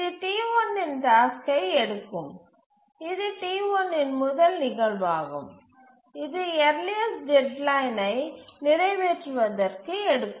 இது T1 இன் டாஸ்க்கை எடுக்கும் இது T1 இன் முதல் நிகழ்வாகும் இது யர்லியஸ்டு டெட்லைன் வை நிறைவேற்றுவதற்கு எடுக்கும்